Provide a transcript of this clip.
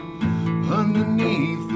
Underneath